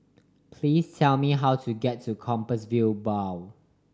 please tell me how to get to Compassvale Bow